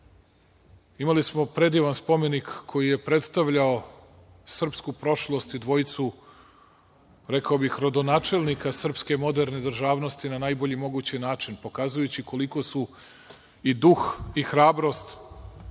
Imali smo predivan spomenik koji je predstavljao srpsku prošlost i dvojicu, rekao bih rodonačelnika srpske moderne državnosti na najbolji mogući način, pokazujući koliko su i duh i hrabrost